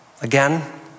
again